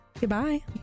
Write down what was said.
Goodbye